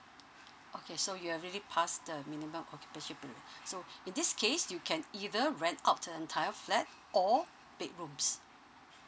okay so you have already past the minimum occupation period so in this case you can either rent out the entire flat or bedrooms